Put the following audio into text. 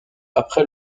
après